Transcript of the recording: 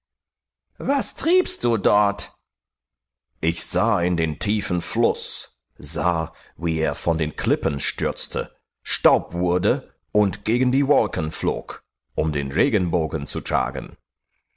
was triebst du dort ich sah in den tiefen fluß sah wie er von den klippen stürzte staub wurde und gegen die wolken flog um den regenbogen zu tragen